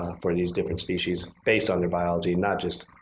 for these different species based on their biology and not just,